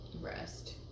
Rest